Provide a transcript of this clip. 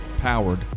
Powered